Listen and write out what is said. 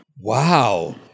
Wow